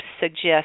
suggest